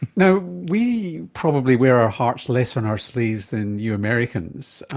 you know we probably wear our hearts less on our sleeves than you americans.